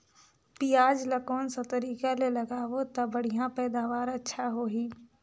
पियाज ला कोन सा तरीका ले लगाबो ता बढ़िया पैदावार अच्छा होही?